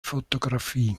fotografie